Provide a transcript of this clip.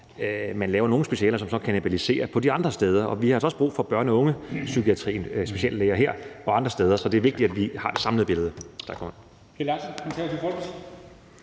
man laver nogle specialer, som så kannibaliserer på de andre steder, og vi har altså også brug for speciallæger i børne- og ungepsykiatrien og andre steder. Så det er vigtigt, at vi har det samlede billede.